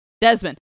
Desmond